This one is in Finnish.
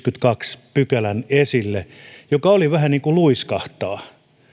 nyt viidennenkymmenennenneljännen pykälän viidennenkymmenennentoisen pykälän joka oli vähän luiskahtaa